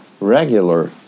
regular